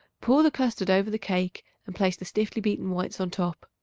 pour the custard over the cake and place the stiffly beaten whites on top.